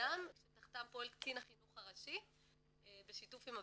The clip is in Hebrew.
אדם שתחתיו פועל קצין החינוך הראשי בשיתוף עם הפרקליטות,